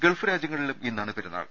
Gulf രാജ്യങ്ങളിലും ഇന്നാണ് പെരുന്നാൾ